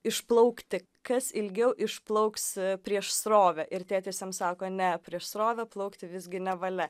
išplaukti kas ilgiau išplauks prieš srovę ir tėtis jam sako ne prieš srovę plaukti visgi nevalia